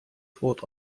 fought